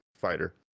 fighter